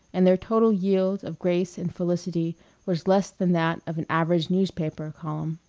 and their total yield of grace and felicity was less than that of an average newspaper column.